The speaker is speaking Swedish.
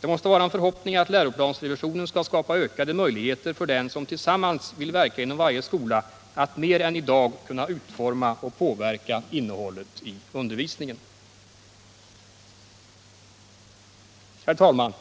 Det måste vara en förhoppning att läroplansrevisionen skall skapa ökade möjligheter för dem som tillsammans verkar inom varje skola att mer än i dag kunna utforma och påverka innehållet i undervisningen. Herr talman!